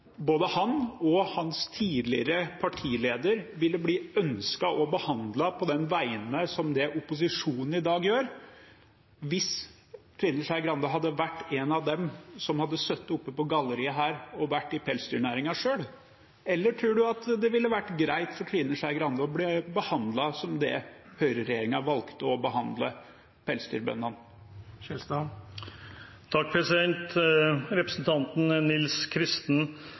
både han og hans tidligere partileder, hvis Trine Skei Grande hadde vært en av dem som hadde sittet her oppe på galleriet og vært i pelsdyrnæringen selv, ville ha ønsket å bli behandlet på den måten opposisjonen i dag gjør? Eller tror han at det ville ha vært greit for Trine Skei Grande å bli behandlet slik høyreregjeringen valgte å behandle pelsdyrbøndene? Representanten Nils